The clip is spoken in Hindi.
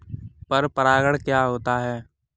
पर परागण क्या होता है?